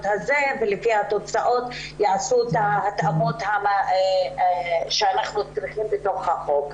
הזה ולפי התוצאות יעשו את ההתאמות אותן אנחנו צריכים בתוך החוק.